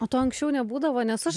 o to anksčiau nebūdavo nes aš